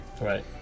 Right